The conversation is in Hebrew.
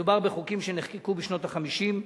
מדובר בחוקים שנחקקו בשנות ה-50,